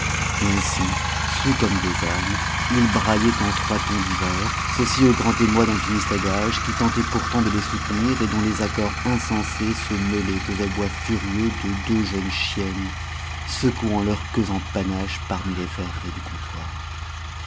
et ainsi saouls comme des ânes ils braillaient en trois tons divers ceci au grand émoi d'un pianiste à gages qui tentait pourtant de les soutenir et dont les accords insensés se mêlaient aux abois furieux de deux jeunes chiennes secouant leurs queues en panaches parmi les verreries du comptoir